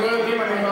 זאת השאלה.